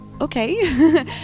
okay